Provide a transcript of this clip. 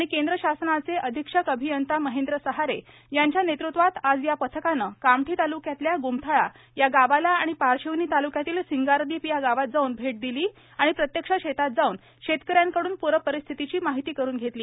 सिंग आणि केंद्र शासनाचे अधीक्षक अभियंता महेंद्र सहारे यांच्या नेतृत्वात आज या पथकानं कामठी ताल्क्यातल्या ग्मथळा या गावाला आणि पारशिवनी ताल्क्यातील सिंगारदीप या गावात जाऊन भेट दिली आणि प्रत्यक्ष शेतात जाऊन शेतकऱ्यांकडून पूरपरिस्थितीची माहिती घेतली